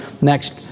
next